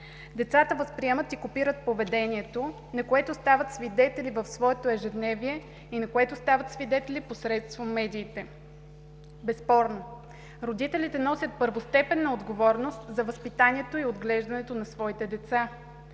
Децата възприемат и копират поведението, на което стават свидетели в своето ежедневие и на което стават свидетели посредством медиите. Безспорно, родителите носят първостепенна отговорност за възпитанието и отглеждането на своите деца.